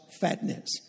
fatness